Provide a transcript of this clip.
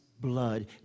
blood